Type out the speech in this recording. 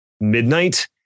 midnight